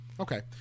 Okay